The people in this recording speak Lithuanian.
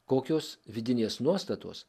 kokios vidinės nuostatos